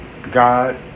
God